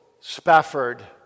Spafford